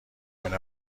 مونه